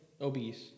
obese